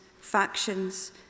factions